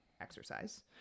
exercise